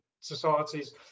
societies